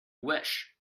wish